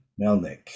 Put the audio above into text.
Melnick